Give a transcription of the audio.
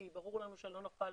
כי ברור לנו שלא נוכל